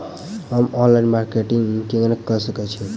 हम online marketing केना कऽ सकैत छी?